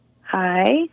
hi